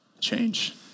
change